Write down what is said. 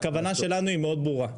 הכוונה שלנו היא מאוד ברורה.